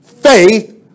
Faith